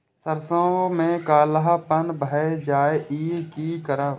सरसों में कालापन भाय जाय इ कि करब?